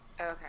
Okay